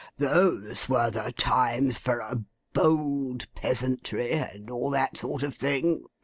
those were the times for a bold peasantry, and all that sort of thing.